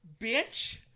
bitch